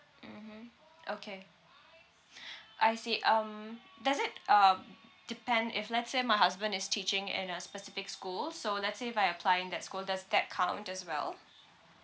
mmhmm okay I see um does it um depend if let's say my husband is teaching in a specific school so let's say if I apply in that school does that count as well